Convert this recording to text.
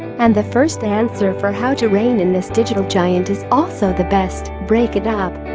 and the first answer for how to rein in this digital giant is also the best break it up